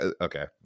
Okay